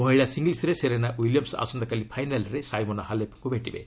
ମହିଳା ସିଙ୍ଗଲ୍ସ୍ରେ Serena Williams ଆସନ୍ତାକାଲି ଫାଇନାଲ୍ରେ ସାଇମୋନା ହାଲେପ୍ଙ୍କୁ ଭେଟିବେ